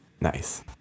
Nice